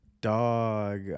dog